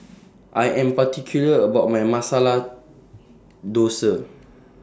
I Am particular about My Masala Dosa